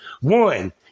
One